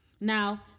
Now